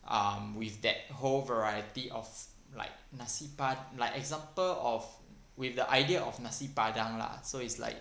um with that whole variety of like nasi pad~ like example of with the example of nasi-padang lah so it's like